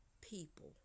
people